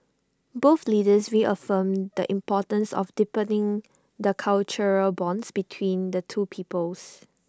both leaders reaffirmed the importance of deepening the cultural bonds between the two peoples